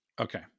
Okay